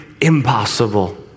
impossible